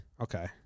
Okay